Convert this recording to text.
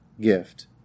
gift